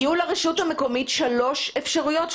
יהיו לרשות המקומית שלוש אפשרויות,